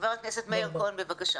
חה"כ מאיר כהן בבקשה.